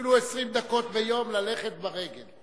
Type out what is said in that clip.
אפילו 20 דקות ביום ללכת ברגל.